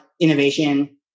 innovation